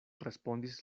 respondis